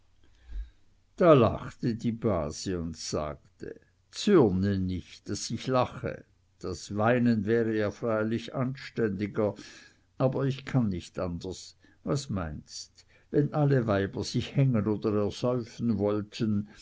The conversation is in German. da lachte die base und sagte zürne nicht daß ich lache das weinen wäre ja freilich anständiger aber ich kann nicht anders was meinst wenn alle weiber sich hängen oder ersäufen wollten